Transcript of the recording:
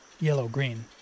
yellow-green